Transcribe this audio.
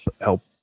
help